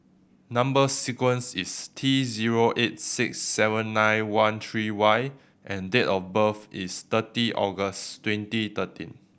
number sequence is T zero eight six seven nine one three Y and date of birth is thirty August twenty thirteen